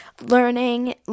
learning